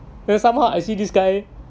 then somehow I see this guy